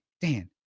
Dan